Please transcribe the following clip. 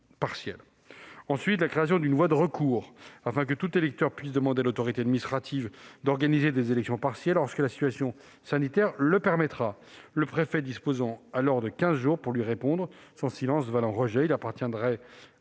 conservé la création d'une voie de recours, afin que tout électeur puisse demander à l'autorité administrative d'organiser des élections partielles lorsque la situation sanitaire le permet. Le préfet dispose alors de quinze jours pour lui répondre, son silence valant rejet. Il appartiendra au juge